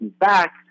back